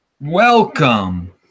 welcome